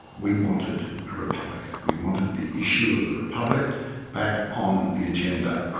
we wanted a republic. we wanted the issue of the republic back on the agenda.